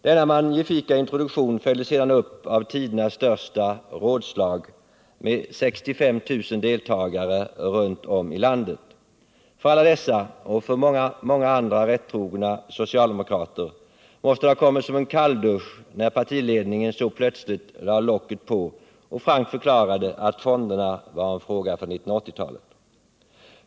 Denna magnifika introduktion följdes sedan upp av tidernas största rådslag med 65 000 deltagare runt om i landet. För alla dessa och för många, många andra rättrogna socialdemokrater måste det ha kommit som en kalldusch när partiledningen så plötsligt lade locket på och frankt förklarade att fonderna var en fråga för 1980-talet.